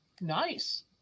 Nice